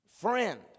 Friend